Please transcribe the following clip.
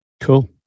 cool